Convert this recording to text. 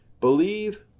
Believe